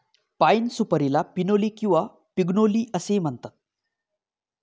पाइन सुपारीला पिनोली किंवा पिग्नोली असेही म्हणतात